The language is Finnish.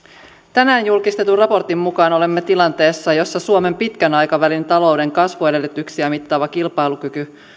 tänään julkistetun raportin mukaan olemme tilanteessa jossa suomen pitkän aikavälin talouden kasvuedellytyksiä mittaava kilpailukyky